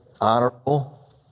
Honorable